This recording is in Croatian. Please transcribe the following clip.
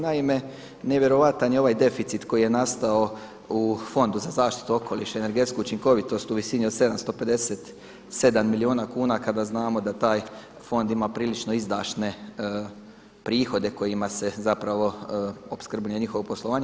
Naime, nevjerojatan je ovaj deficit koji je nastao u Fondu za zaštitu okoliša i energetsku učinkovitost u visini od 757 milijuna kuna kada znamo da taj fond ima prilično izdašne prihode kojima se zapravo opskrbljuje njihovo poslovanje.